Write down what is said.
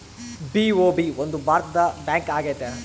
BOB ಒಂದು ಭಾರತದ bank ಆಗೈತೆ